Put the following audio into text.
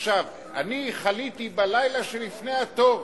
עכשיו, אני חליתי בלילה שלפני התור,